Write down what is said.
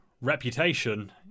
reputation